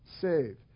save